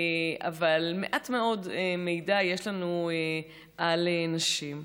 אבל מעט מאוד מידע יש לנו על נשים.